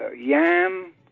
yam